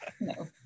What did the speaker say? No